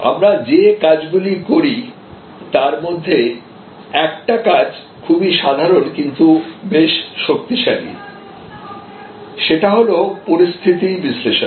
আমরা যে কাজ গুলি করি তার মধ্যে একটা কাজ খুবই সাধারণ কিন্তু বেশ শক্তিশালী সেটা হল পরিস্থিতি বিশ্লেষণ